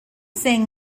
sang